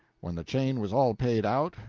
when the chain was all paid out,